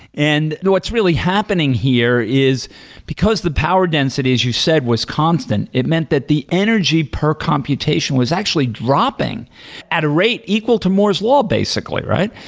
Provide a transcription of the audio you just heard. and though what's really happening here is because the power density as you said was constant, it meant that the energy per computation was actually dropping at a rate equal to moore's law basically, right?